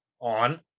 on